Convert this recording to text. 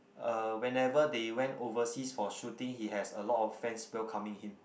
uh whenever they went overseas for shooting he has a lot of fans welcoming him